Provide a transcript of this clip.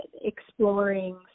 exploring